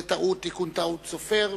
זה תיקון טעות סופר,